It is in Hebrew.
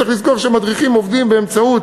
צריך לזכור שמדריכים עובדים באמצעות